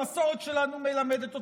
המסורת שלנו מלמדת אותנו,